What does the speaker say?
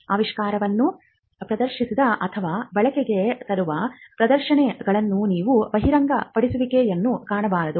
ಆವಿಷ್ಕಾರವನ್ನು ಪ್ರದರ್ಶಿಸಿದ ಅಥವಾ ಬಳಕೆಗೆ ತರುವ ಪ್ರದರ್ಶನಗಳಲ್ಲಿ ನೀವು ಬಹಿರಂಗಪಡಿಸುವಿಕೆಯನ್ನು ಕಾಣಬಹುದು